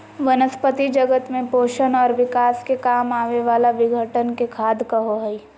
वनस्पती जगत में पोषण और विकास के काम आवे वाला विघटन के खाद कहो हइ